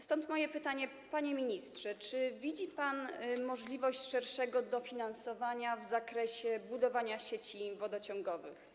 Stąd moje pytanie, panie ministrze: Czy widzi pan możliwość szerszego dofinansowania w zakresie budowania sieci wodociągowych?